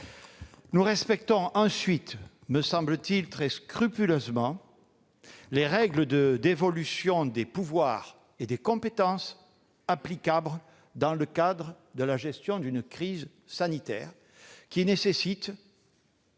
Nous respectons ensuite, me semble-t-il, très scrupuleusement les règles de dévolution des pouvoirs et des compétences applicables dans le cadre de la gestion d'une crise sanitaire, qui nécessite